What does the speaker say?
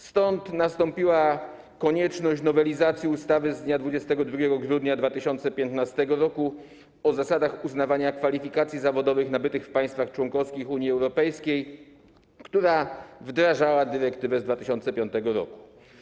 Stąd nastąpiła konieczność nowelizacji ustawy z dnia 22 grudnia 2015 r. o zasadach uznawania kwalifikacji zawodowych nabytych w państwach członkowskich Unii Europejskiej, która wdrażała dyrektywę z 2005 r.